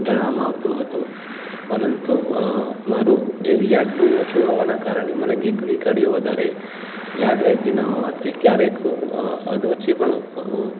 જણાવવામાં આવતું હતું પરંતુ મારો જે રિયાઝ બહુ ઓછો હોવાના કારણે મને ગીતની કડીઓ વધારે યાદ રહેતી ન હોવાથી ક્યારેક હું અધવચ્ચે પણ